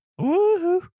Woohoo